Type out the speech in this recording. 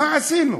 מה עשינו,